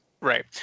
Right